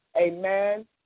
Amen